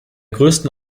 größten